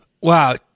Wow